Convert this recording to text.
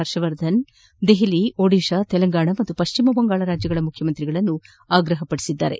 ಹರ್ಷವರ್ಧನ್ ದೆಹಲಿ ಒಡಿಶಾ ತೆಲಂಗಾಣ ಮತ್ತು ಪಶ್ಚಿಮ ಬಂಗಾಳ ರಾಜ್ಯಗಳ ಮುಖ್ಯಮಂತ್ರಿಗಳನ್ನು ಆಗ್ರಹಿಸಿದ್ದಾರೆ